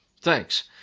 thanks